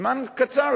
זמן קצר.